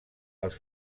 els